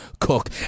Cook